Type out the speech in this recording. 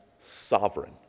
sovereign